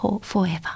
forever